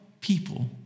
people